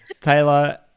Taylor